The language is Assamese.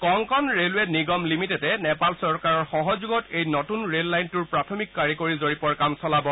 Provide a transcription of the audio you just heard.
কনকন ৰে'লৱে নিগম লিমিটেডে নেপাল চৰকাৰৰ সহযোগত এই নতুন ৰে'ল লাইনটোৰ প্ৰাথমিক কাৰিকৰী জৰীপৰ কাম চলাব